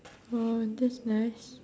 oh that's nice